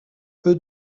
peu